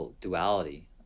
duality